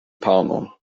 panon